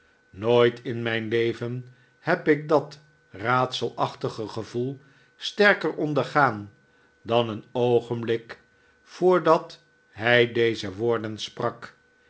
nooit in mijn leven heb ik dat raadselachtige gevoel sterker ondergaan dan een oogenblik voordat hij deze woorden sprak